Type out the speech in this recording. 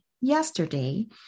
yesterday